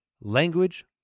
language